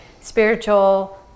spiritual